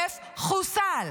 דף חוסל.